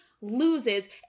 loses